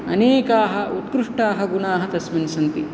अनेकाः उत्कृष्टाः गुणाः तस्मिन् सन्ति